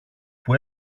που